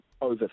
over